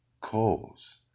calls